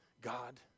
God